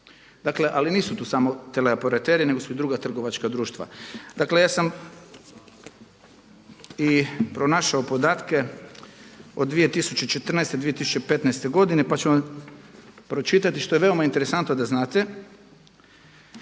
Dakle ali nisu tu samo teleoperateri nego su i druga trgovačka društva. Dakle ja sam i pronašao podatke od 2014., 2015. godine pa ću vam pročitati što je veoma interesantno da znate,